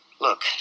look